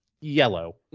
yellow